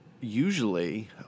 Usually